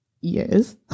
yes